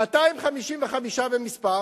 255 במספר,